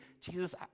Jesus